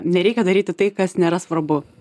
nereikia daryti tai kas nėra svarbu